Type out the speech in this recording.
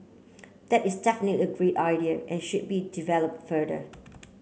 that is definitely a great idea and should be develop further